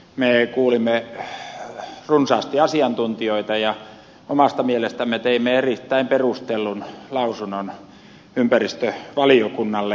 me kuulimme runsaasti asiantuntijoita ja omasta mielestämme teimme erittäin perustellun lausunnon ympäristövaliokunnalle